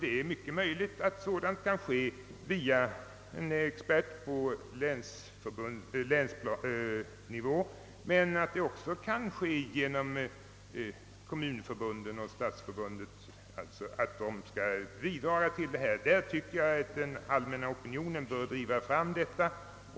Det är möjligt att sådan hjälp kan ges av en expert på länsnivå, men det är också möjligt att kommunförbunden och Stadsförbundet kan bidraga. Detta bör bli föremål för offentlig debatt.